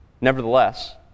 Nevertheless